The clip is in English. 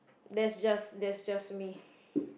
that's just that's just me